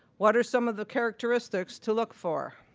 what are some of the characteristics to look for?